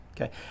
okay